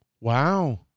Wow